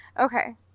Okay